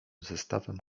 zestawem